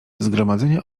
zgromadzenie